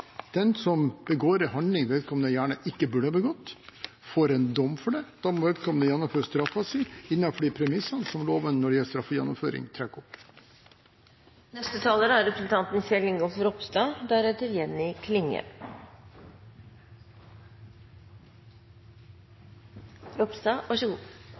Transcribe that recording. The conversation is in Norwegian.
den som begår en handling vedkommende gjerne ikke burde ha begått, får en dom for det. Da må vedkommende gjennomføre straffen sin innenfor de premissene som loven når det gjelder straffegjennomføring, trekker